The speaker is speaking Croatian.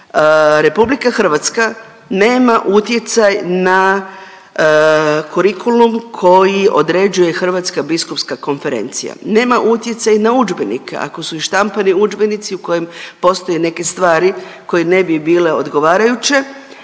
je da RH nema utjecaj na kurikulum koji određuje Hrvatska biskupska konferencija, nema utjecaj na udžbenike ako su i štampani udžbenici u kojem postoje neke stvari koje ne bi bile odgovarajuće